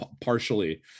partially